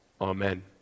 amen